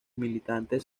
militantes